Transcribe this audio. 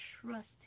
trust